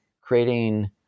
creating